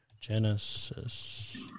Genesis